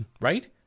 right